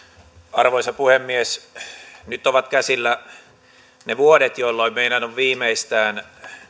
arvoisa puhemies nyt ovat käsillä ne vuodet jolloin meidän on viimeistään